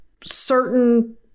certain